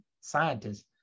scientists